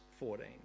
14